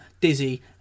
Dizzy